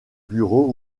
bureau